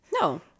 no